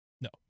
No